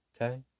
okay